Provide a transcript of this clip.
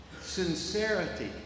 Sincerity